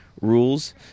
rules